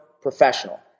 professional